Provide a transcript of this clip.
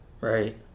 right